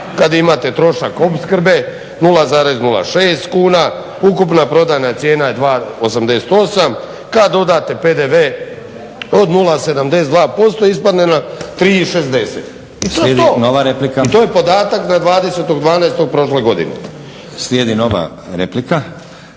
kad imate trošak opskrbe 0,06 kuna, ukupna prodajna cijena je 2,88, kad dodate PDV od 0,72% ispadne na 3,60. I to je to. I to je podatak na 20.12. prošle godine.